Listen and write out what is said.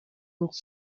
nic